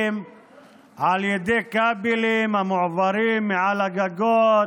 על ידי כבלים המועברים מעל הגגות,